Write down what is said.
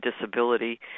disability